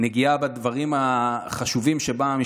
נגיעה בדברים החשובים שבהם,